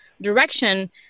direction